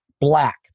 black